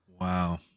wow